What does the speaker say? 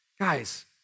Guys